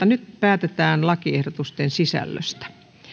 nyt päätetään lakiehdotusten sisällöstä